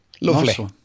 Lovely